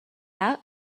out